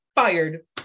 Fired